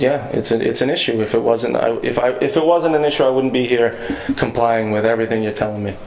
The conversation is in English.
it's a it's an issue if it wasn't i if i if it wasn't an issue i wouldn't be here complying with everything you're telling me